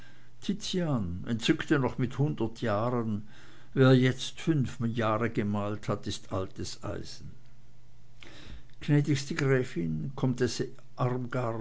tizian entzückte noch mit hundert jahren wer jetzt fünf jahre gemalt hat ist altes eisen gnädigste gräfin comtesse armgard